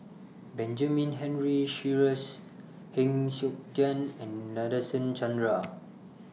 Benjamin Henry Sheares Heng Siok Tian and Nadasen Chandra